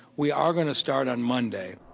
we are going to start on monday.